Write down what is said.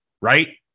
right